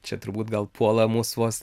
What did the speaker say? čia turbūt gal puola mus vos